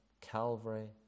Calvary